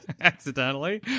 accidentally